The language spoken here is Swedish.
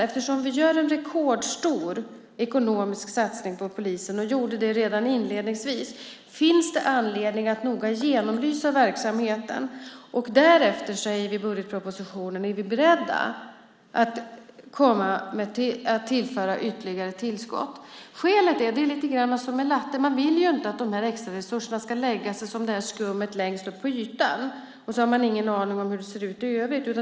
Eftersom vi gör en rekordstor ekonomisk satsning på polisen - och gjorde det redan inledningsvis - finns det anledning att noga genomlysa verksamheten. Därefter, säger vi i budgetpropositionen, är vi beredda att tillföra ytterligare tillskott. Skälet är - det är lite grann som med latte - att man inte vill att dessa extraresurser ska lägga sig som skummet uppe vid ytan samtidigt som man inte har någon aning om hur det ser ut i övrigt.